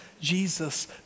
Jesus